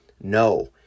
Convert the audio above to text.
No